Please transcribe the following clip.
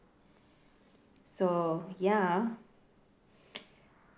so ya